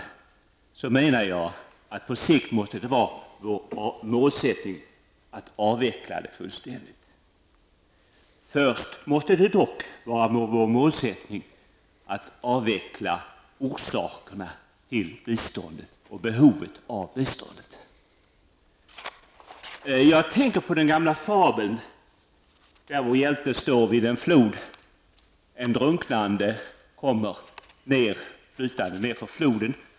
Jag menar att det på sikt måste vara vårt mål att avveckla biståndet fullständigt. Först måste dock vår målsättning vara att avveckla behovet av biståndet. Jag tänker på den gamla fabeln, där vår hjälte står vid en flod och en drunknande kommer flytande nedför floden.